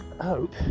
hope